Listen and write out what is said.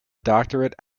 doctorate